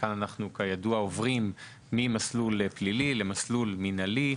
כאן אנחנו עוברים ממסלול פלילי למסלול מינהלי,